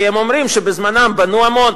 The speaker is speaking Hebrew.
כי הם אומרים שבזמנם בנו המון.